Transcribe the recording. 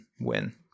win